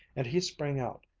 and he sprang out,